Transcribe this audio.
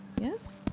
yes